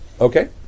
Okay